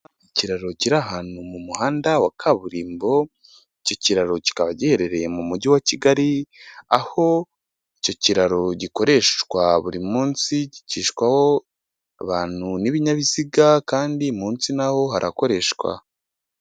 Ikiraro kiri ahantu mu muhanda wa kaburimbo icyo kiraro kikaba giherereye mu mujyi wa kigali aho icyo kiraro gikoreshwa buri munsi gicishwaho abantu n'ibinyabiziga kandi munsi naho harakoreshwa.